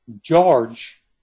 george